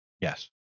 Yes